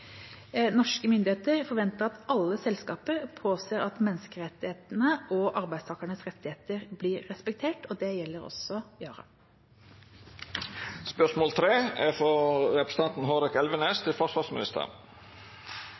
Norske myndigheter forventer at alle selskaper påser at menneskerettighetene og arbeidstakernes rettigheter blir respektert, og det gjelder også Yara. Regjeringen har varslet en plan til Stortinget for nye overflatefartøy i Sjøforsvaret. Mitt spørsmål til